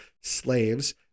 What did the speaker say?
slaves